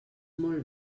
molt